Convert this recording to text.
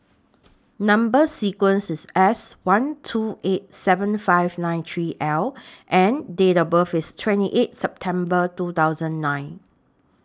Number sequence IS S one two eight seven five nine three L and Date of birth IS twenty eight September two thousand nine